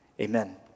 Amen